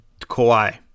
Kawhi